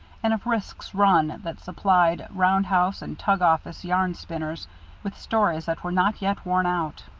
and of risks run that supplied round-house and tug-office yarn spinners with stories that were not yet worn out.